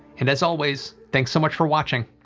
and as always, thanks so much for watching,